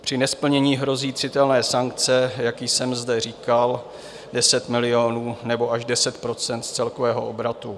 Při nesplnění hrozí citelné sankce, jak již jsem zde říkal, 10 milionů nebo až 10 % z celkového obratu.